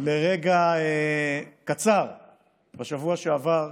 לרגע קצר בשבוע שעבר,